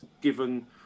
given